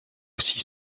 aussi